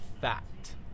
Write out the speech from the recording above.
fact